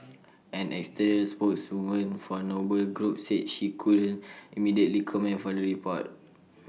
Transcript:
an external spokeswoman for noble group said she couldn't immediately comment for the report